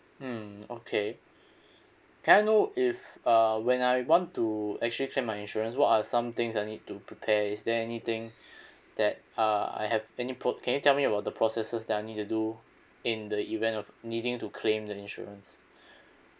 mm okay can I know if uh when I want to actually claim my insurance what are some things I need to prepare is there anything that uh I have any pro~ can you tell me about the processes that I need to do in the event of needing to claim the insurance